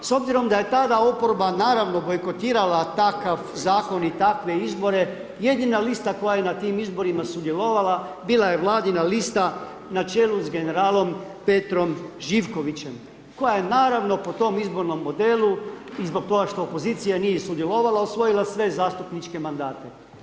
S obzirom da je tada oporba naravno bojkotirala takav zakon i takve izbore, jedina lista koja je na tim listama izborima sudjelovala bila je vladina lista na čelu s generalom Petrom Živkovićem, koja je naravno po tom izbornom modelu i zbog toga što opozicija nije sudjelovala, osvojila sve zastupničke mandate?